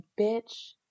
bitch